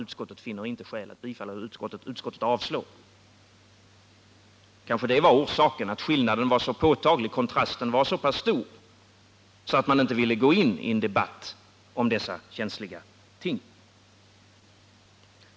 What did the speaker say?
Utskottet säger bara att man avstyrker motionen. Kanske var orsaken den att skillnaden var så påtaglig. Kontrasten var så stor att man inte ville gå in i en debatt om dessa känsliga ting.